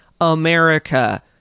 America